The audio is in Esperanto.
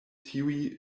tiuj